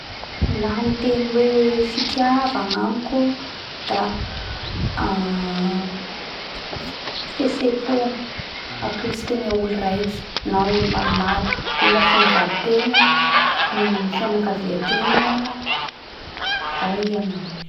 La ny teny hoe fitiava agnamiko da fihetse-po atolotsy tegna olo raiky na olo maromaro. Ohatsy ny vaditegna, ny fianakaviategna. Zay i agnamiko.